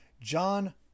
john